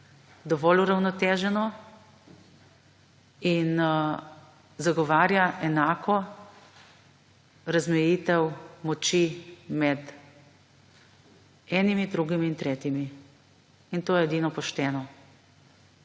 dovolj uravnoteženo in zagovarja enako razmejitev moči med enimi in drugimi in tretjimi. In to je edino pošteno,